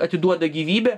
atiduoda gyvybę